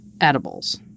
edibles